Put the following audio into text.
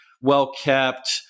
well-kept